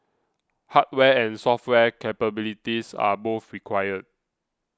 hardware and software capabilities are both required